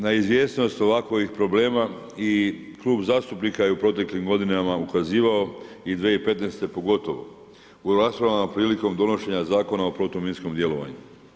Na izvjesnost ovakovih problema i klub zastupnika je u proteklim godinama ukazivao i 2015. pogotovo u raspravama prilikom donošenja Zakona o protuminskom djelovanju.